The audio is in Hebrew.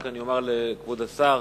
רק אומר לכבוד השר,